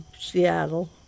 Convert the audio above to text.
Seattle